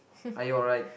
are you alright